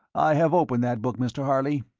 i have opened that book, mr. harley.